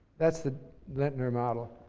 that's the lintner model.